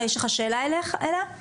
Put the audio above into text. יש לך שאלה אליה?